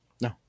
No